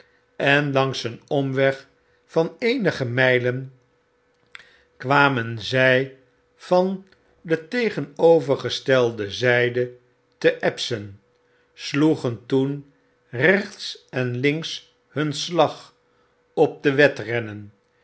een omweg van eenige mylen kwamen zy van de tegenovergestelde zyde te epson sloegen toen rechts en links hun slag op de wedrennen